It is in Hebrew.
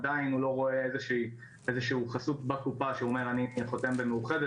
עדיין הוא לא רואה איזו שהיא חסות בקופה שהוא אומר 'אני חותם במאוחדת